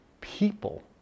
people